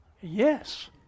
Yes